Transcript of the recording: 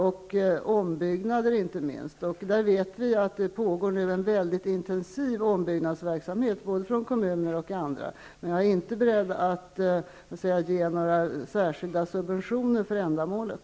Det gäller inte minst ombyggnad. Vi vet att det pågår en mycket intensiv ombyggnadsverksamhet när det gäller både kommuner och andra. Men jag är inte beredd att ge några särskilda subventioner för ändamålet.